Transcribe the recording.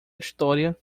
história